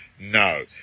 No